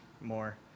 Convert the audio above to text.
more